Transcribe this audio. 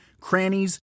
crannies